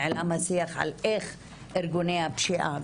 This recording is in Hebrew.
נעלם השיח על איך ארגוני הפשיעה,